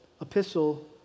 epistle